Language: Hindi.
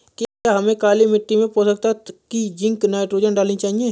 क्या हमें काली मिट्टी में पोषक तत्व की जिंक नाइट्रोजन डालनी चाहिए?